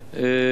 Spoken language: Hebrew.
ואכן,